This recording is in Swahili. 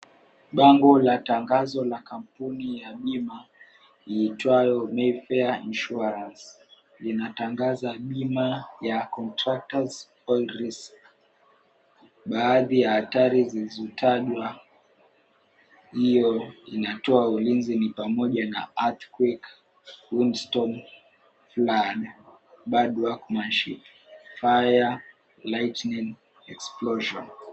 Bango la tangazo la kampuni ya bima iitwayo Nelfare Insurance. Inatangaza bima ya Contractors Oil Risk. Baadhi ya hatari zilizotajwa hiyo inatoa ulinzi ni pamoja na earthquake windstorm, flood, bad workmanship, fire, lightning, explosion .